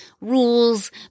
rules